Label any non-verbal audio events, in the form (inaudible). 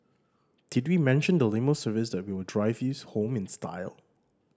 did we mention the limo service that will drive you (unintelligible) home in style